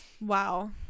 wow